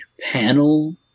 panel